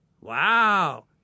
Wow